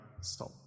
stop